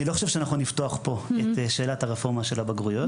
אני לא חושב שאנחנו נפתח פה את שאלת הרפורמה של הבגרויות,